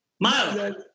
Miles